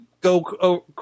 go